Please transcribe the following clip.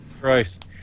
Christ